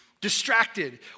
distracted